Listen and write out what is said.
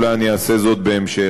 אולי אני אעשה זאת בהמשך.